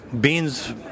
Beans